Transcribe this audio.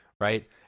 right